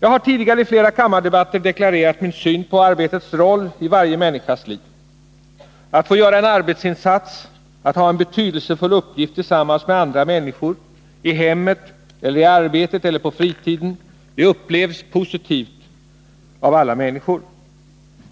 Jag har tidigare i flera kammardebatter deklarerat min syn på arbetets roll i varje människas liv. Att få göra en arbetsinsats, att ha en' betydelsefull uppgift tillsammans med andra människor — i hemmet eller på arbetsplatsen eller på fritiden — upplevs positivt av alla människor.